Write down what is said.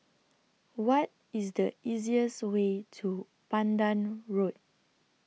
What IS The easiest Way to Pandan Road